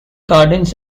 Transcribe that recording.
gardens